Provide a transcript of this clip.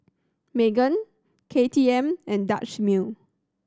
Megan K T M and Dutch Mill